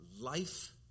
life